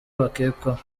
bakekwaho